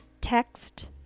text